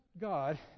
God